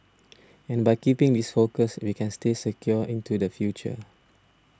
and by keeping this focus we can stay secure into the future